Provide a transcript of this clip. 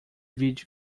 vídeo